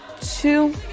two